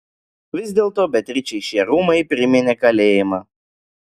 vis dėlto beatričei šie rūmai priminė kalėjimą